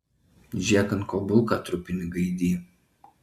žėk ant ko bulką trupini gaidy